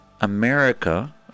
America